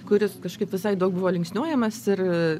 kuris kažkaip visai daug buvo linksniuojamas ir